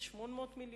הכנסת אורון: